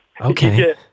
Okay